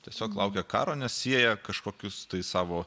tiesiog laukia karo nes sieja kažkokius savo